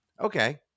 okay